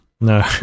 No